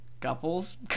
Couples